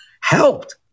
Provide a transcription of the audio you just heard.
helped